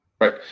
Right